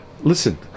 listen